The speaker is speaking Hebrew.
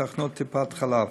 בתחנות טיפת-חלב.